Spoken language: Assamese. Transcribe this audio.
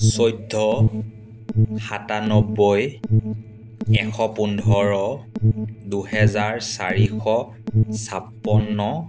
চৈধ্য সাতান্নব্বৈ এশ পোন্ধৰ দুহেজাৰ চাৰিশ ছাপন্ন